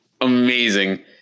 amazing